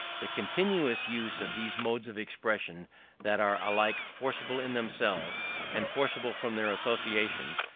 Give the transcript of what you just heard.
the continuous use of these modes of expression that are alike forcible in themselves and forcible from their associations,